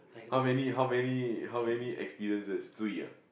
how many how many how many experiences three ah